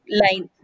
line